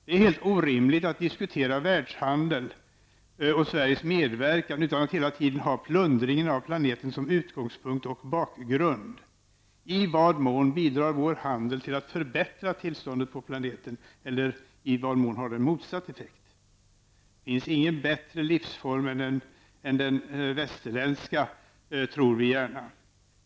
Det är helt orimligt att diskutera världshandel och Sveriges medverkan utan att hela tiden ha plundringen av planeten som utgångspunkt och bakgrund. I vad mån bidrar vår handel till att förbättra tillståndet på planeten eller i vad mån har den motsatt effekt. Vi tror gärna att det inte finns någon bättre livsform än den västerländska.